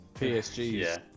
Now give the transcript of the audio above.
PSG's